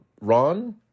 Ron